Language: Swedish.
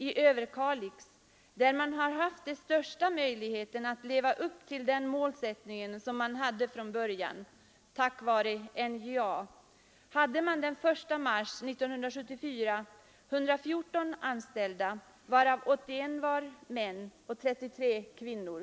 I Överkalix, där man har haft de största möjligheterna att leva upp till den målsättning som man hade från början — tack vare NJA - hade man den I mars i år 114 anställda, varav 81 män och 33 kvinnor.